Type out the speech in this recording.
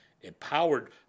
empowered